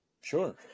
Sure